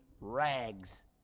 rags